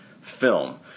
film